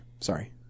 Sorry